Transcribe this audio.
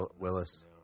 Willis